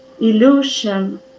illusion